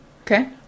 Okay